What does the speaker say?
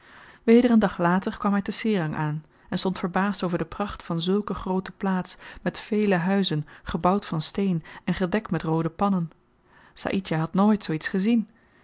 weder een dag later kwam hy te serang aan en stond verbaasd over de pracht van zulke groote plaats met vele huizen gebouwd van steen en gedekt met roode pannen saïdjah had nooit zoo iets gezien